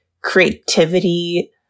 creativity